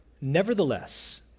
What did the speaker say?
nevertheless